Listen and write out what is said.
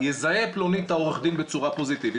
יזהה פלוני את העורך דין בצורה פוזיטיבית,